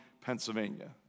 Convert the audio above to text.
Pennsylvania